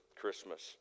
christmas